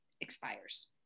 expires